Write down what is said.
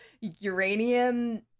uranium